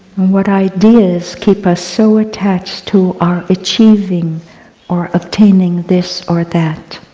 what ideas keep us so attached to our achieving or obtaining this or that.